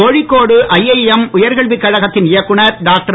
Kozhikode IIM உயர்கல்வி கழகத்தின் இயக்குனர் டாக்டர்